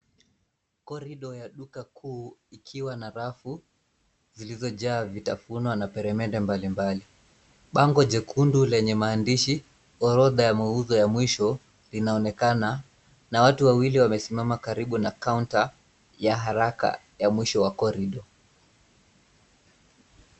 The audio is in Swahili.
Koridoo ya duka kuu ikiwa na rafu zilizojaa vitafunwa na peremende mbali mbali. Bango jekundu lenye maandishi, orodha ya mauzo ya mwisho, linaonekana, na watu wawili wamesimama karibu na counter ya haraka ya mwisho wa koridoo.